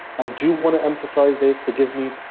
i do want to emphasize, dave, forgive me,